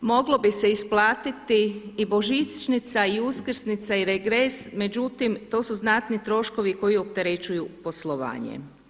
Moglo bi se isplatiti i božićnica i uskrsnica i regres, međutim to su znatni troškovi koji opterećuju poslovanje.